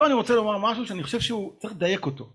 אני רוצה לומר משהו שאני חושב שהוא צריך לדייק אותו